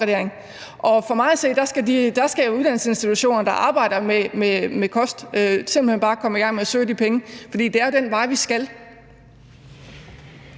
Og for mig at se skal uddannelsesinstitutioner, der arbejder med kost, simpelt hen bare komme i gang med at søge de penge, for det er jo den vej, vi skal.